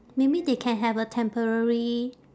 maybe they can have a temporary